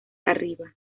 arriba